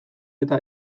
eta